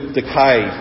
decay